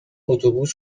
اتوبوس